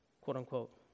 quote-unquote